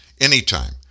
anytime